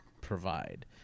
provide